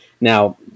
Now